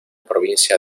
provincia